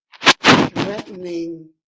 threatening